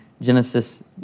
Genesis